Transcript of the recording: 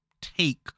take